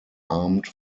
armed